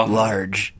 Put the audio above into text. large